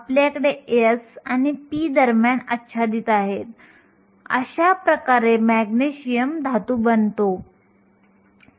आपल्याकडे silicon μe आहे जे वाहक बँडमधील इलेक्ट्रॉनची गतिशीलता सुमारे 1350 सेंटीमीटर स्क्वेअर व्होल्ट प्रति सेकंद आहे